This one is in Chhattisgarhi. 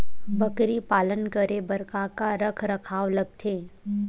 बकरी पालन करे बर काका रख रखाव लगथे?